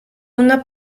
una